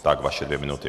Tak, vaše dvě minuty.